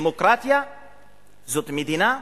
דמוקרטיה זאת מדינה,